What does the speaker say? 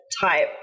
type